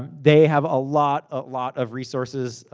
they have a lot, a lot of resources,